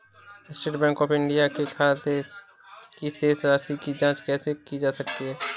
State Bank of India के खाते की शेष राशि की जॉंच कैसे की जा सकती है?